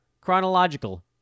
chronological